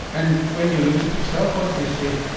and when you looked at yourself what did you see?